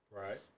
Right